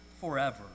forever